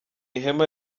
ihema